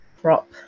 crop